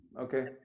Okay